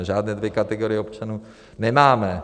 Žádné dvě kategorie občanů nemáme.